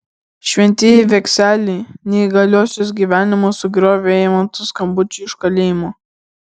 šventieji vekseliai neįgaliosios gyvenimą sugriovė eimanto skambučiai iš kalėjimo